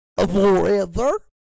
Forever